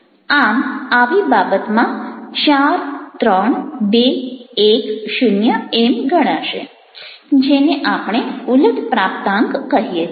આમ આવી બાબતમાં 4 3 2 1 0 એમ ગણાશે જેને આપણે ઊલટ પ્રાપ્તાંક કહીએ છીએ